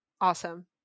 Awesome